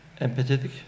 Empathetic